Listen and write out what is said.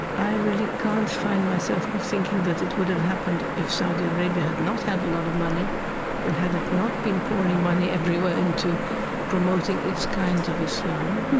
i really can't find myself thinking that it would have happened if saudi arabia had not had a lot of money and had it not been pouring money everywhere into promoting its kind of islam.